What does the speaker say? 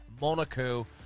Monaco